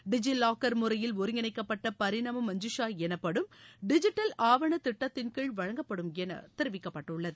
டிஜி லாக்கள் முறையில் ஒருங்கிணைக்கப்பட்ட பரினாம் மஞ்சுஷா எனப்படும் டிஜிட்டல் ஆவள திட்டத்தின் கீழ் வழங்கப்படும் என தெரிவிக்கப்பட்டுள்ளது